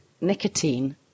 nicotine